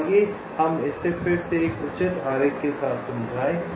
तो आइए हम इसे फिर से एक उचित आरेख के साथ समझाएं